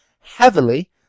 heavily